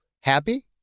Happy